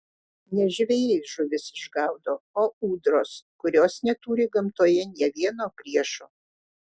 ne žvejai žuvis išgaudo o ūdros kurios neturi gamtoje nė vieno priešo